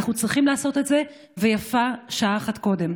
אנחנו צריכים לעשות את זה, ויפה שעה אחת קודם.